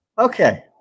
Okay